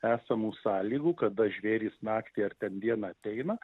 esamų sąlygų kada žvėrys naktį ar ten dieną ateina